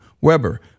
Weber